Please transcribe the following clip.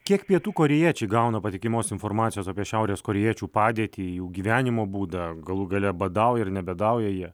kiek pietų korėjiečiai gauna patikimos informacijos apie šiaurės korėjiečių padėtį jų gyvenimo būdą galų gale badauja ar nebadauja jie